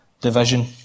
division